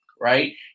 right